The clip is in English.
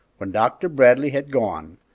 when dr. bradley had gone,